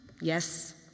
Yes